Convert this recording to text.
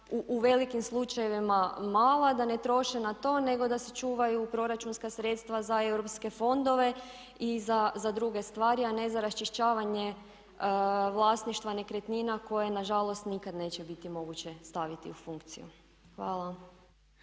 u velikim slučajevima mala, da ne troše na to, nego da se čuvaju proračunska sredstva za Europske fondove i za druge stvari a ne za raščišćavanje vlasništva nekretnina koje nažalost nikad neće biti moguće staviti u funkciju. Hvala.